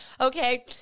Okay